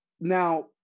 now